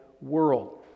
world